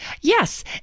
yes